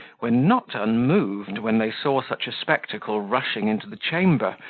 were not unmoved when they saw such a spectacle rushing into the chamber,